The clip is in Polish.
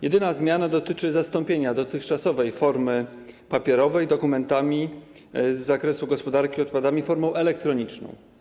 Jedyna zmiana dotyczy zastąpienia dotychczasowej formy papierowej dokumentów z zakresu gospodarki odpadami formą elektroniczną.